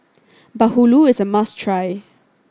bahulu is a must try